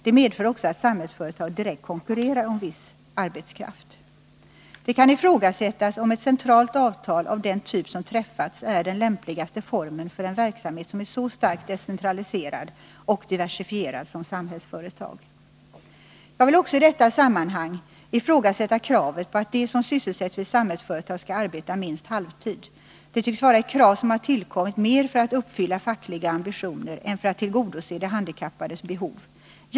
Det medför också att Samhällsföretag direkt konkurrerar om viss arbetskraft. Det kan ifråg lämpligaste formen för en verksamhet som är så starkt decentraliserad och diversifierad som Samhällsföretag. Jag vill i detta sammanhang också ifrågasätta kravet att de som sysselsätts vid Samhällsföretag skall arbeta minst halvtid. Det tycks vara ett krav som tillkommit mer för att uppfylla fackliga ambitioner än för att tillgodose de ttas om ett centralt avtal av den typ som träffats är den handikappades behov.